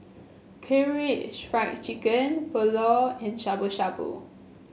Karaage Fried Chicken Pulao and Shabu Shabu